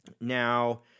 Now